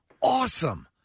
Awesome